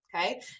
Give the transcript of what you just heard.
okay